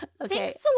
Okay